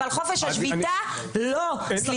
אבל חופש השביתה לא,